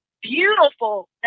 beautiful